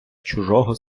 чужого